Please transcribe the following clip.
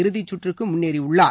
இறுதிச்சுற்றுக்கு முன்னேறியுள்ளார்